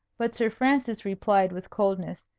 but sir francis replied with coldness,